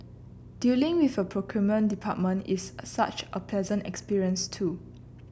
dealing with your procurement department is such a pleasant experience too